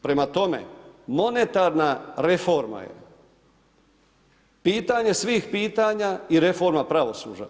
Prema tome, monetarna reforma je pitanje svih pitanja i reforma pravosuđa.